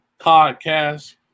podcast